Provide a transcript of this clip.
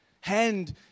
hand